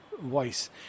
voice